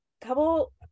couple